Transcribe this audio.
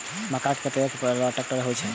मक्का कै तैयार करै बाला ट्रेक्टर होय छै?